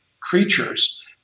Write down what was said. creatures